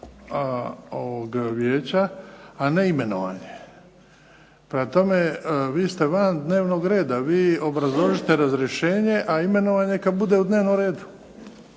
ovog vijeća, a ne imenovanje. Prema tome, vi ste van dnevnog reda. Vi obrazložite razrješenje, a imenovanje kad bude u dnevnom redu.